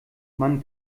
man